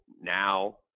now